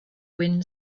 wind